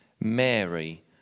Mary